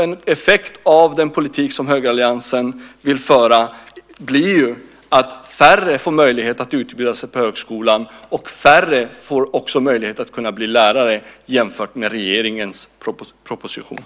En effekt av den politik som högeralliansen vill föra blir ju att färre får möjlighet att utbilda sig på högskolan och att färre också får möjlighet att bli lärare jämfört med effekten av regeringens proposition.